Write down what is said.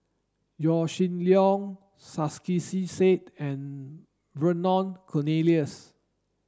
Yaw Shin Leong Said and Vernon Cornelius